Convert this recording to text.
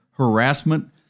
harassment